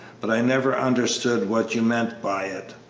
but i never understood what you meant by it.